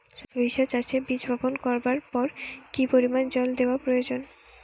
সরিষা চাষে বীজ বপন করবার পর কি পরিমাণ জল দেওয়া প্রয়োজন?